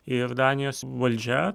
ir danijos valdžia